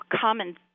common